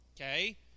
okay